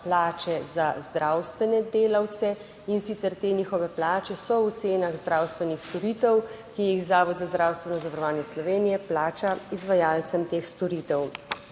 plače za zdravstvene delavce, in sicer te njihove plače so v cenah zdravstvenih storitev, ki jih Zavod za zdravstveno zavarovanje Slovenije plača izvajalcem teh storitev.